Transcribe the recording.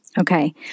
Okay